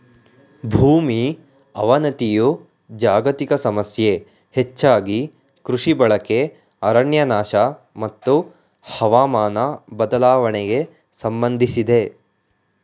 ಭೂಮಿ ಅವನತಿಯು ಜಾಗತಿಕ ಸಮಸ್ಯೆ ಹೆಚ್ಚಾಗಿ ಕೃಷಿ ಬಳಕೆ ಅರಣ್ಯನಾಶ ಮತ್ತು ಹವಾಮಾನ ಬದಲಾವಣೆಗೆ ಸಂಬಂಧಿಸಿದೆ